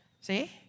See